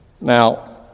Now